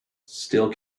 still